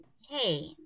hey